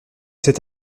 c’est